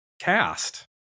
cast